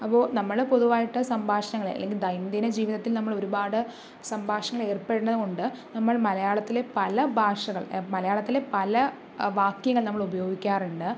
അപ്പോൾ നമ്മള് പൊതുവായിട്ട് സംഭാഷണങ്ങള് അല്ലെങ്കില് ദൈനദിന ജീവിതത്തില് നമ്മളൊരുപാട് സംഭാഷണങ്ങളില് ഏര്പ്പെടുന്നത് കൊണ്ട് നമ്മള് മലയാളത്തിലെ പല ഭാഷകള് മലയാളത്തിലെ പല വാക്യങ്ങള് നമ്മള് ഉപയോഗിക്കാറുണ്ട്